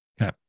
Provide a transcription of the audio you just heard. Okay